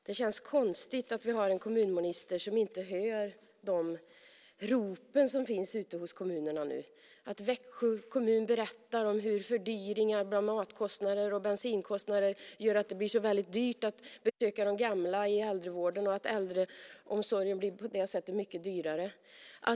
Det känns konstigt att vi har en kommunminister som inte hör de rop som finns ute i kommunerna nu, att Växjö kommun berättar om hur höjningar av matkostnader och bensinkostnader gör att det blir väldigt dyrt att besöka de gamla i äldrevården och att äldreomsorgen på det sättet blir mycket dyrare.